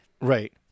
Right